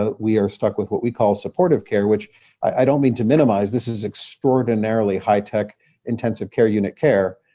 ah we are stuck with what we call, supportive care, which i don't mean to minimize. this is extraordinarily high tech intensive care unit care.